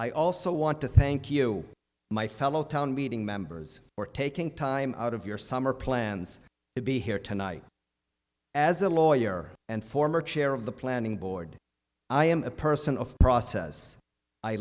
i also want to thank you my fellow town meeting members for taking time out of your summer plans to be here tonight as a lawyer and former chair of the planning board i am a person of process i